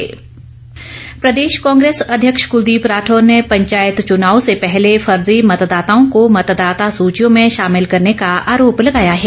राठौर प्रदेश कांग्रेस अध्यक्ष कुलदीप राठौर ने पंचायत चुनाव से पहले फर्जी मतदाताओं को मतदाता सूचियों में शामिल करने का आरोप लगाया है